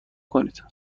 کنید